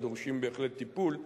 הדורשים בהחלט טיפול,